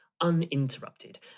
uninterrupted